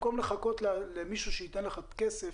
במקום לחכות למישהו שייתן לך את הכסף,